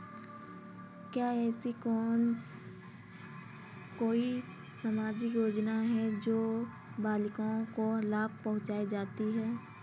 क्या ऐसी कोई सामाजिक योजनाएँ हैं जो बालिकाओं को लाभ पहुँचाती हैं?